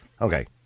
Okay